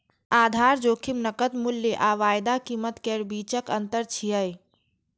आधार जोखिम नकद मूल्य आ वायदा कीमत केर बीचक अंतर छियै